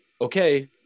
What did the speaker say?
okay